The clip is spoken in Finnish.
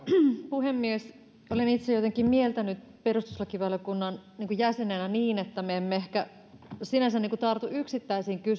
puhemies olen itse jotenkin mieltänyt perustuslakivaliokunnan jäsenenä niin että me emme ehkä sinänsä tartu yksittäisiin